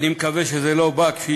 אני מקווה שזה לא בא, כפי